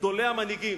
גדולי המנהיגים,